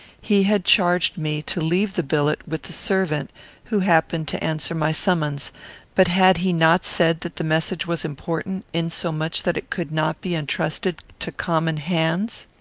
he had charged me to leave the billet with the servant who happened to answer my summons but had he not said that the message was important, insomuch that it could not be intrusted to common hands?